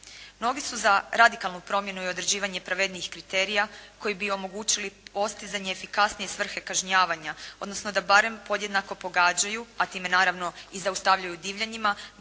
Mnogi su za radikalnu promjenu i određivanje pravednijih kriterija koji bi omogućili postizanje efikasnije svrhe kažnjavanja odnosno da barem podjednako pogađaju a time naravno i zaustavljaju divljanjima